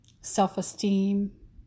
self-esteem